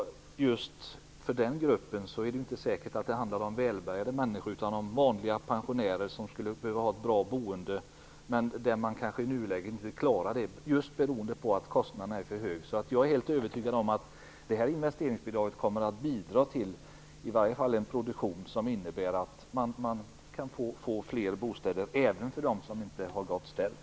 Just i den gruppen är det inte säkert att det handlar om välbärgade människor, utan det kan vara vanliga pensionärer som skulle behöva ha ett bra boende men kanske inte klarar det i nuläget, just beroende på att kostnaderna är för höga. Jag är därför helt övertygad om att investeringsbidraget kommer att bidra till en produktion som innebär att kan byggas fler bostäder även för dem som inte har det gott ställt.